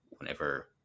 Whenever